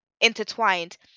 intertwined